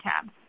tab